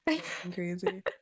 Crazy